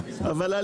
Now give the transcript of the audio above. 12:28.